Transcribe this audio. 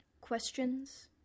Questions